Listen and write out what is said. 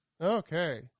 Okay